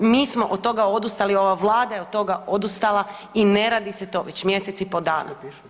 Mi smo od toga odustali, ova Vlada je od toga odustala i ne radi se to već mjesec i pol dana.